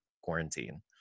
quarantine